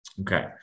Okay